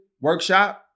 workshop